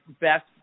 best